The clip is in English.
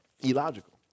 illogical